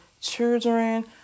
children